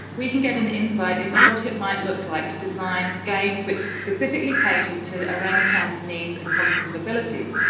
we can get an insight into what it might look like to design games which specifically cater to orangutans' needs and cognitive abilities.